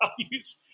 values